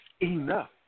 Enough